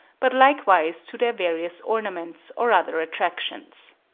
but likewise to their various ornaments or other attractions.